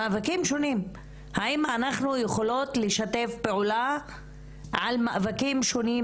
האם אנחנו יכולות לשתף פעולה על מאבקים שונים,